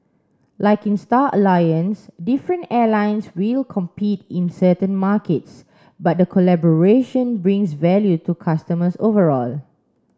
like in Star Alliance different airlines will compete in certain markets but the collaboration brings value to customers overall